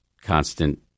constant